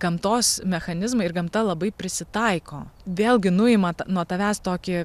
gamtos mechanizmai ir gamta labai prisitaiko vėlgi nuima tą nuo tavęs tokį